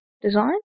design